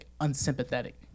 unsympathetic